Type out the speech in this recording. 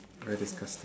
very disgusting